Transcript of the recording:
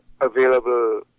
available